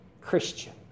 Christian